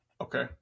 Okay